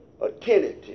attentive